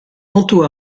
tantôt